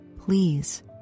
please